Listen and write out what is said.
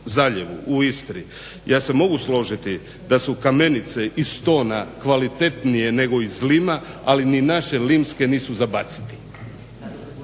zaljevu, u Istri. Ja se mogu složiti da su kamenice iz Stona kvalitetnije iz Lima ali ni naše Limske nisu za baciti.